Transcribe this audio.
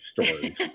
stories